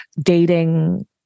dating